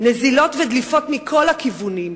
נזילות ודליפות מכל הכיוונים.